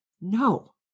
No